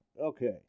Okay